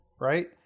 Right